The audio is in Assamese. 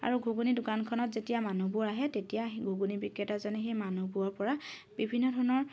আৰু ঘুগুনি দোকানখনত যেতিয়া মানুহবোৰ আহে তেতিয়া সেই ঘুগুনি বিক্ৰেতাজনে সেই মানুহবোৰৰ পৰা বিভিন্ন ধৰণৰ